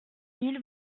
mille